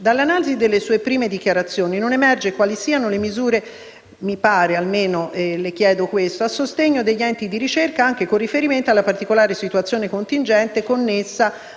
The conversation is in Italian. Dall'analisi delle sue prime dichiarazioni non emerge quali siano le misure a sostegno degli enti di ricerca anche con riferimento alla particolare situazione contingente connessa